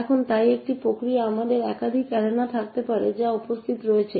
এখন তাই একটি প্রক্রিয়ায় আমাদের একাধিক অ্যারেনা থাকতে পারে যা উপস্থিত রয়েছে